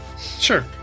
Sure